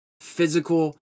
physical